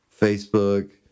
Facebook